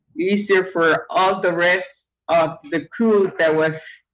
easier for all the rest of the crew that was